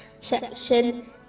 section